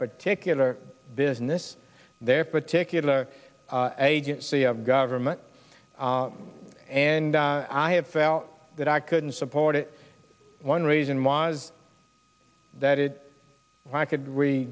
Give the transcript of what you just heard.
particular business their particular agency of government and i have felt that i couldn't support it one reason was that it i could